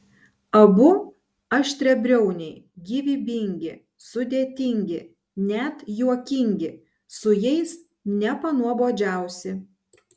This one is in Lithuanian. abu aštriabriauniai gyvybingi sudėtingi net juokingi su jais nepanuobodžiausi